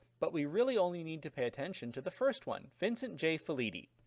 but we really only need to pay attention to the first one vincent j. felitti.